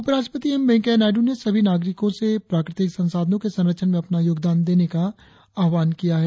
उपराष्ट्रपति एम वेंकैया नायड्र ने सभी नागरिकों से प्राकृतिक संसाधनों के संरक्षण में अपना योगदान देने का आह्वान किया है